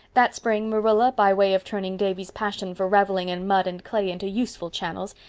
that spring marilla, by way of turning davy's passion for reveling in mud and clay into useful channels,